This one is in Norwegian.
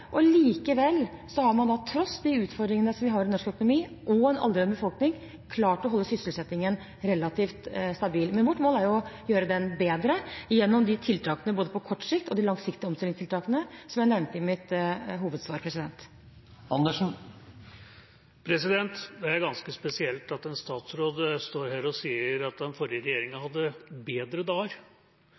og likevel har man – tross de utfordringene vi har i norsk økonomi, og en aldrende befolkning – klart å holde sysselsettingen relativt stabil. Men vårt mål er jo å gjøre den bedre gjennom de tiltakene, på kort sikt og gjennom de langsiktige omstillingstiltakene som jeg nevnte i mitt hovedsvar. Det er ganske spesielt at en statsråd står her og sier at den forrige regjeringa hadde bedre dager.